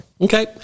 Okay